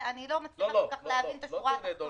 אני לא מצליחה כל כך להבין את השורה התחתונה.